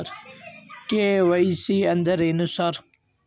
KYC ಅಂದ್ರೇನು sir?